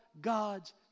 God's